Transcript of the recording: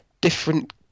different